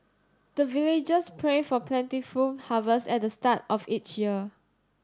the villagers pray for plentiful harvest at the start of each year